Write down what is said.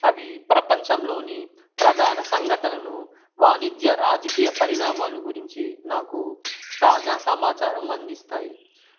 అవి ప్రపంచంలోని ప్రధాన సంఘటనలను వాణిజ్య రాజకీయ పరిణామాలు గురించి నాకు తాజా సమాచారం అందిస్తాయి